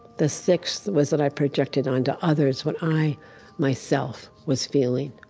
the sixth was that i projected onto others what i myself was feeling.